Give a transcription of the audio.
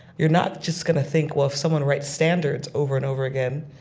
you're not just gonna think, well, if someone writes standards over and over again,